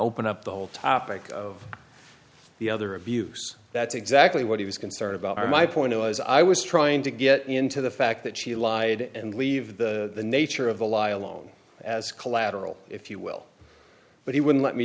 open up the whole topic of the other abuse that's exactly what he was concerned about my point was i was trying to get into the fact that she lied and leave the nature of the lie alone as collateral if you will but he wouldn't let me